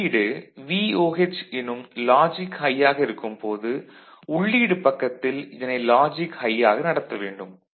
வெளியீடு VOH எனும் logic high ஆக இருக்கும் போது உள்ளீடு பக்கத்தில் இதனை லாஜிக் ஹை யாக நடத்த வேண்டும்